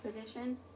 position